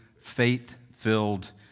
Faith-filled